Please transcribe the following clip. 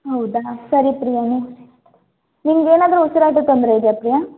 ಹೌದಾ ಸರಿ ಪ್ರಿಯ ನಿನಗೇನಾದ್ರು ಉಸಿರಾಟದ ತೊಂದರೆ ಇದೆಯಾ ಪ್ರಿಯಾ